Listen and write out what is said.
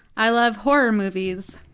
i love horror movies.